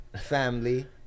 family